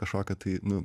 kažkokią tai nu